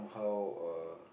how err